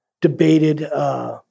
debated